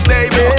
Baby